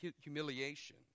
humiliation